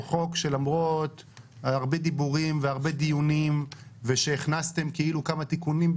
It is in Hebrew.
הוא חוק שלמרות הרבה דיבורים והרבה דיונים ושהכנסתם כאילו כמה תיקונים,